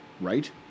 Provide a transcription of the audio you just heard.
Right